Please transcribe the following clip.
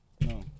no